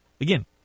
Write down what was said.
Again